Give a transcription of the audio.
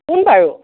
কোন বাৰু